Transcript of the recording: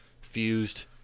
fused